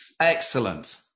Excellent